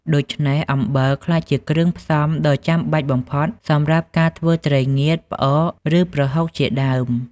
ដូច្នេះ អំបិលក្លាយជាគ្រឿងផ្សំដ៏ចាំបាច់បំផុតសម្រាប់ការធ្វើត្រីងៀត ផ្អក ឬប្រហុកជាដើម។